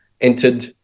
entered